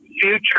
future